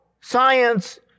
science